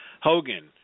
Hogan